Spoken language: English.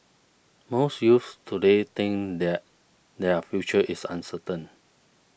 most youths today think that their future is uncertain